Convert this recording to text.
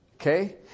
Okay